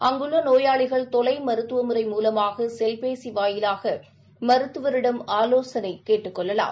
அங்குள்ள நோயாளிகள் தொலை மருத்துவ முறை மூலமாக செல்பேசி வாயிலாக மருத்துவரிடம் ஆலோசனை கேட்டுக் கொள்ளலாம்